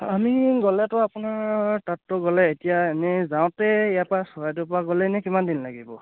আমি গ'লেতো আপোনাৰ তাততো গ'লে এতিয়া এনেই যাওঁতে ইয়াৰ পৰা চৰাইদেউৰ পৰা গ'লে এনে কিমান দিন লাগিব